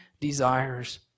desires